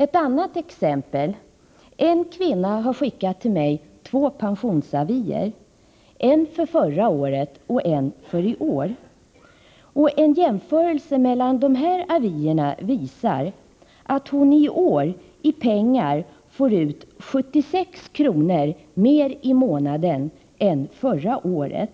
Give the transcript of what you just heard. Ett annat exempel: En kvinna har skickat till mig två pensionsavier, en för förra året och en för i år. En jämförelse mellan dessa visar att hon i år i pengar får ut 76 kr. mer i månaden än förra året.